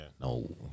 no